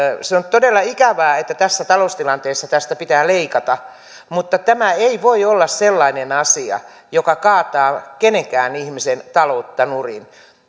se on todella ikävää että tässä taloustilanteessa tästä pitää leikata mutta tämä ei voi olla sellainen asia joka kaataa kenenkään ihmisen taloutta nurin